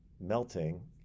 melting